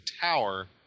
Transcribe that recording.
tower